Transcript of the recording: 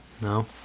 No